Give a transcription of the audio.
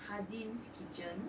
hardin's kitchen